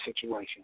situation